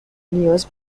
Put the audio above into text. نیاز